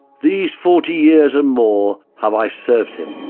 these forty years or more have i served him.